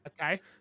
Okay